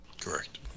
correct